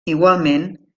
igualment